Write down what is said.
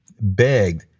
begged